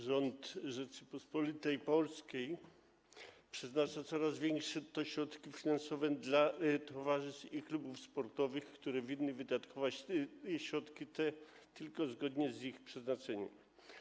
Rząd Rzeczypospolitej Polskiej przeznacza coraz większe środki finansowe dla towarzystw i klubów sportowych, które winny wydatkować środki te tylko zgodnie z ich przeznaczeniem.